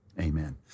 Amen